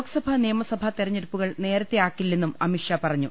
ലോക് സഭാ നിയമസഭാ തെരഞ്ഞെടുപ്പുകൾ നേരത്തെ ആക്കി ല്ലെന്നും അമിത്ഷാ പറഞ്ഞു